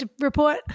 report